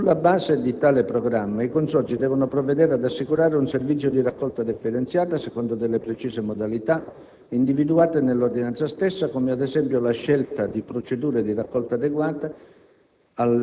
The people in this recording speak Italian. Sulla base di tale programma, i Consorzi devono provvedere ad assicurare un servizio di raccolta differenziata secondo delle precise modalità, individuate nell'ordinanza stessa, come ad esempio la scelta di procedure di raccolta adeguate